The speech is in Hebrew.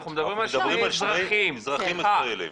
אנחנו מדברים על שני אזרחי מדינת ישראל.